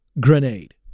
grenade